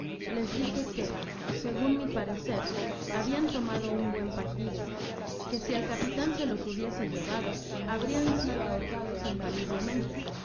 les dije que segun mi parecer habian tomado un buen partido que si el ca pitan se los hubiese llevado habrian sido ahorcados infaliblemente